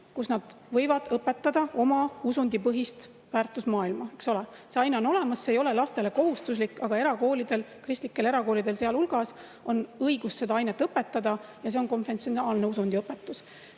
kus nad võivad õpetada oma usundi põhist väärtusmaailma. See aine on olemas, see ei ole lastele kohustuslik, aga erakoolidel, sealhulgas kristlikel erakoolidel, on õigus seda ainet õpetada ja see on konfessionaalne usundiõpetus.